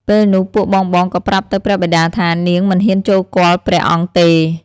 ពេលនោះពួកបងៗក៏ប្រាប់ទៅព្រះបិតាថា នាងមិនហ៊ានចូលគាល់ព្រះអង្គទេ។